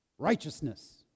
Righteousness